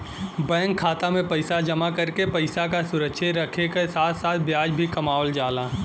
bank खाता में पैसा जमा करके पैसा क सुरक्षित रखे क साथ साथ ब्याज भी कमावल जाला